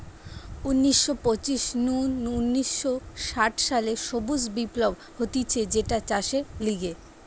উনিশ শ পঞ্চাশ নু উনিশ শ ষাট সালে সবুজ বিপ্লব হতিছে যেটা চাষের লিগে